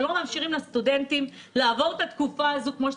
ולא מאפשרים לסטודנטים לעבור את התקופה הזאת כמו שצריך.